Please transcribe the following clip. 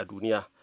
adunia